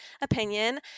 opinion